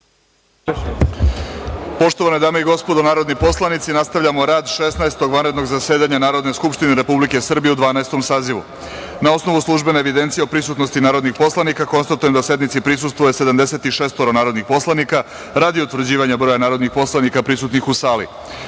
Poštovane dame i gospodo narodni poslanici, nastavljamo rad Šesnaestog vanrednog zasedanja Narodne skupštine Republike Srbije u Dvanaestom sazivu. Na osnovu službene evidencije o prisutnosti narodnih poslanika, konstatujem da sednici prisustvuje 76 narodnih poslanika. Radi utvrđivanja broja narodnih poslanika prisutnih u sali,